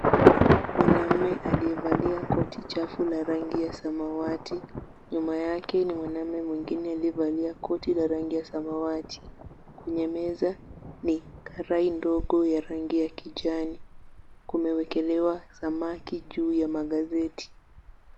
Mwanamume aliyevalia koti chafu la rangi ya samawati. Nyuma yake ni mwanamume mwingine aliyevalia koti la rangi ya samawati. Kwenye meza ni karai ndogo ya rangi ya kijani. Kumewekelewa samaki juu ya magazeti.